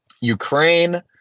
Ukraine